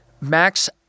Max